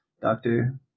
doctor